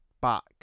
back